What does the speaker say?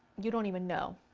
you don't even know,